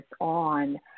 on